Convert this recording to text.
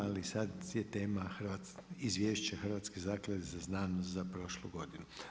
Ali sad je tema Izvješće Hrvatske zaklade za znanost za prošlu godinu.